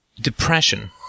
Depression